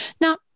now